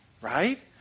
right